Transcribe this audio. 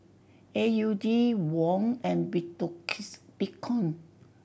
A U D Won and Bitcoin